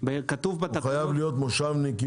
הוא חייב להיות מושבניק?